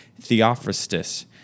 Theophrastus